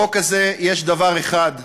בחוק הזה יש דבר אחד: